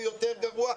וגרוע יותר,